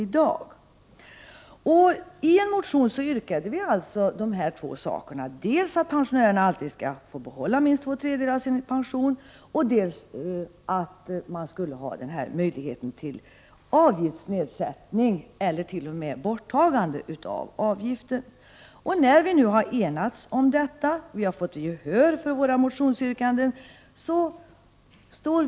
Vi har alltså i en motion yrkat dels att pensionärerna alltid skall få behålla minst två tredjedelar av sin pension, dels att de skall ha möjlighet till avgiftsnedsättning eller t.o.m. avgiftsbefrielse. Vi har nu enats om detta. Vi moderater har fått gehör för våra motionsyrkanden.